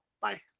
Bye